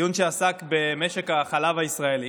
דיון שעסק במשק החלב הישראלי,